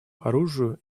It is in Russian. оружию